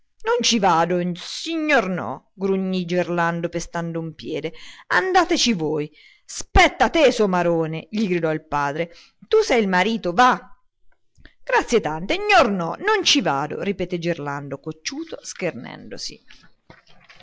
non ci vado gnornò grugnì gerlando pestando un piede andateci voi spetta a te somarone gli gridò il padre tu sei il marito va grazie tante gnornò non ci vado ripeté gerlando cocciuto schermendosi